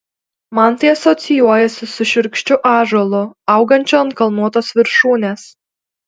man tai asocijuojasi su šiurkščiu ąžuolu augančiu ant kalnuotos viršūnės